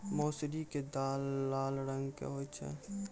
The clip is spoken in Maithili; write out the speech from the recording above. मौसरी के दाल लाल रंग के होय छै